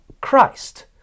Christ